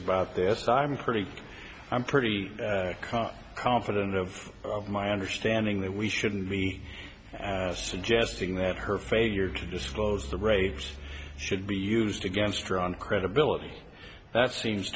about this i'm pretty i'm pretty calm confident of my understanding that we shouldn't be suggesting that her failure to disclose the rapes should be used against her own credibility that seems